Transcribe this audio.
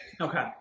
Okay